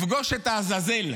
לפגוש את העזאזל.